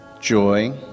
joy